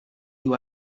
you